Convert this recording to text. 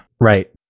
Right